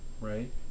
Right